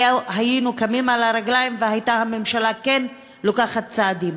היינו קמים על הרגליים והממשלה כן הייתה נוקטת צעדים.